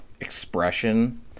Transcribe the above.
expression